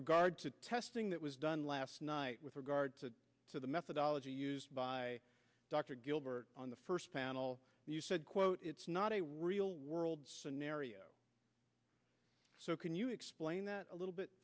regard to testing that was done last night with regard to the methodology used by dr gilbert on the first panel you said quote it's not a real world scenario so can you explain that a little bit